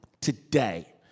today